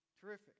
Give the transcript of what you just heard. terrific